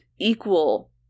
equal